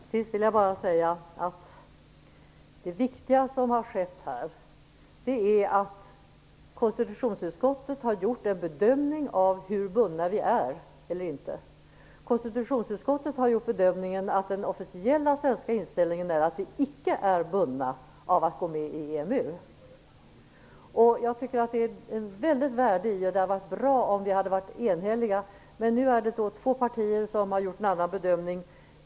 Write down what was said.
Fru talman! Till sist vill jag bara säga att det viktiga som har skett är att konstitutionsutskottet har gjort en bedömning av hur bundet Sverige är. Konstitutionsutskottet har gjort bedömningen att den officiella svenska inställningen är att vi icke är bundna av att gå med i EMU. Jag tycker att det skulle ha funnits ett stort värde i om vi hade varit enhälliga. Det skulle ha varit bra. Men nu har två partier gjort en annan bedömning.